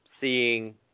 seeing –